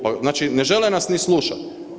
Pa znači ne žele nas ni slušati.